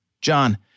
John